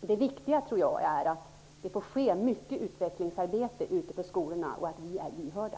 det viktiga är att det får göras mycket utvecklingsarbete ute på skolorna, och att vi är lyhörda.